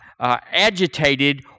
agitated